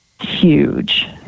huge